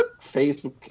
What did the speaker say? Facebook